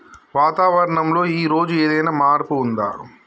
వాతావరణం లో ఈ రోజు ఏదైనా మార్పు ఉందా?